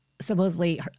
supposedly